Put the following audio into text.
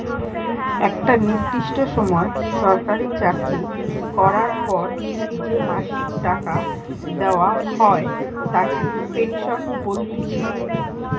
একটা নির্দিষ্ট সময় সরকারি চাকরি করার পর যে মাসিক টাকা দেওয়া হয় তাকে পেনশন বলতিছে